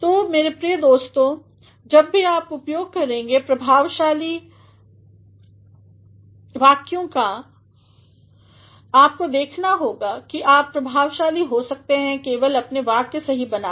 तो मेरे प्रिय दोस्तों जब भी आप उपयोग करेंगे प्रभावशाली वाक्यों का आपको देखना होगा कि आप प्रभावशाली हो सकते हैं केवल अपने वाक्य सही बना कर